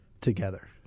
together